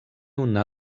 una